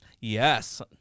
Yes